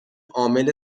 عامل